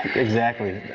exactly,